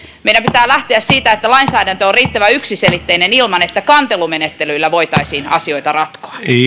meidän pitää lähteä siitä että lainsäädäntö on riittävän yksiselitteinen ilman että kantelumenettelyllä voitaisiin asioita ratkoa